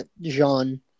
Jean